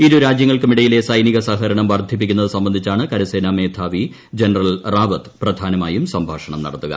ഇരു രാജ്യങ്ങൾക്കുമിടയിലെ സൈനിക സഹകരണം വർദ്ധിപ്പിക്കുന്നത് സംബന്ധിച്ചാണ് കരസേനാ മേധാവി ജനറൽ റാവത്ത് പ്രധാനമായും സംഭാഷണം നടത്തുക